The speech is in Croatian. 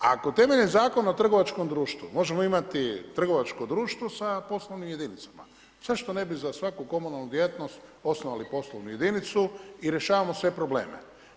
Ako temeljem Zakona o trgovačkom društvu možemo imati trgovačko društvo sa poslovnim jedinicama, zašto ne bi za svaku komunalnu djelatnost osnovali poslovnu jedinicu i rješavamo sve probleme?